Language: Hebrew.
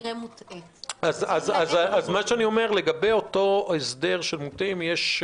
--- מוטעה --- אין לה איך -- לגבי ההסדר להודעות מוטעות יש